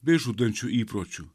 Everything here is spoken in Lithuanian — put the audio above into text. bei žudančių įpročių